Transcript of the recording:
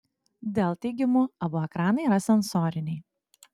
dell teigimu abu ekranai yra sensoriniai